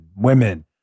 women